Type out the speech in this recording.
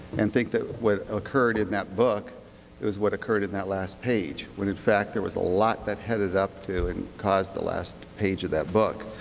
and think that what occurred in that book was what occurred in that last page, when, in fact, there was a lot that headed up to and caused the last page of that book.